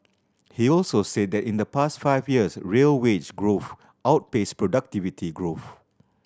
he also said that in the past five years real wage growth outpaced productivity growth